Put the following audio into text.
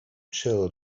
chill